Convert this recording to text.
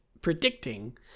predicting